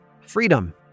Freedom